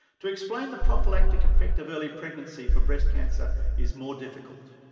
to explain the prophylactic effect of early pregnancy for breast cancer is more difficult.